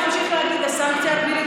אפשר להמשיך להגיד: הסנקציה הפלילית,